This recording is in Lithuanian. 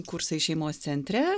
kursai šeimos centre